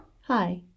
Hi